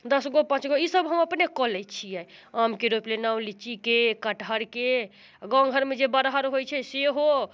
दसगो पाँचगो ईसब हम अपने कऽ लै छिए आमके रोपि लेलहुँ लिच्चीके कटहरके गामघरमे जे बरहड़के होइ छै सेहो